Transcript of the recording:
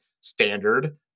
standard